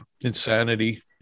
insanity